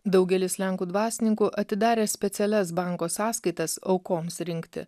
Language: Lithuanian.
daugelis lenkų dvasininkų atidarė specialias banko sąskaitas aukoms rinkti